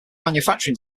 manufacturing